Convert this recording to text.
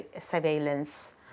surveillance